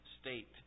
state